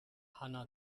hanna